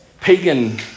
pagan